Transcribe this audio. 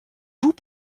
vous